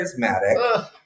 charismatic